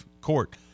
court